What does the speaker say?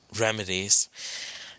remedies